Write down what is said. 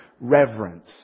reverence